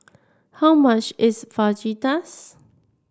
how much is Fajitas